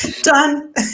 Done